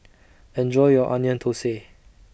Enjoy your Onion Thosai